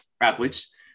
athletes